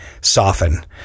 soften